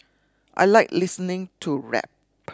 I like listening to rap